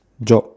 job